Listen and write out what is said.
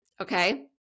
okay